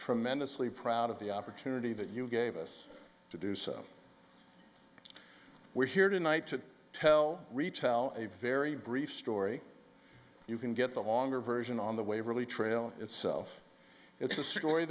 tremendously proud of the opportunity that you gave us to do so we're here tonight to tell retell a very brief story you can get the longer version on the waverly trail itself it's a story